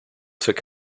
took